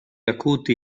acuti